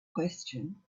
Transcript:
question